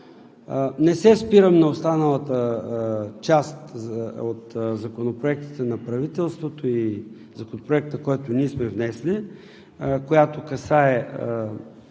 Не се спирам на останалата част от законопроектите на правителството и Законопроекта, който ние сме внесли, която касае